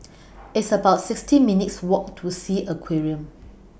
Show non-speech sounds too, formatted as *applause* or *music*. *noise* *noise* It's about sixty minutes' Walk to Sea Aquarium